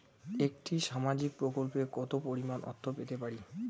একটি সামাজিক প্রকল্পে কতো পরিমাণ অর্থ পেতে পারি?